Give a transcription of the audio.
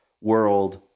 world